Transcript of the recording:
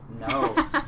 No